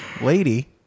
lady